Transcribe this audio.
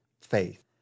faith